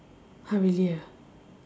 !huh! really ah